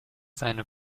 seine